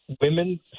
women